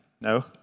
No